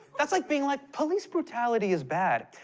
that's like being like, police brutality is bad,